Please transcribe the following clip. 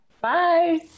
Bye